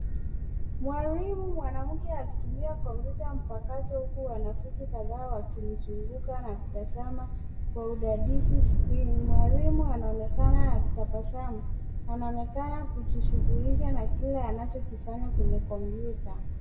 Mwalimu mwanamke akitumia kompyuta mpakato huku wanafunzi wao wakimzunguka na kutazama kwa udadisi skrini. Mwalimu anaonekana akitabasamu. Anaonekana kujishughulisha na kile anachokifanya kwenye kompyuta.